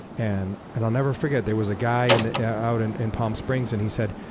and and i'll never forget, there was a guy and out and in palm springs, and he said,